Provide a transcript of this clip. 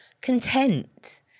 content